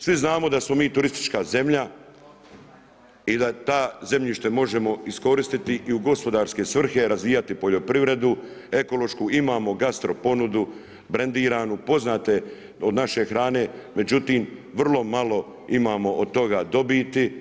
Svi znamo da smo mi turistička zemlja i da to zemljište možemo iskoristiti i u gospodarske svrhe, razvijati poljoprivredu, ekološku, imamo gastro ponudu, brendiranu, poznate od naše hrane, međutim, vrlo malo imamo od toga dobiti.